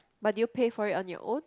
but did you pay for it on your own